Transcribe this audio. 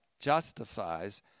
justifies